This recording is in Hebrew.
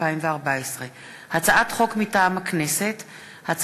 התשע"ד 2014. לקריאה ראשונה,